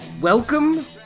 Welcome